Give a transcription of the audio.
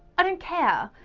i don't care,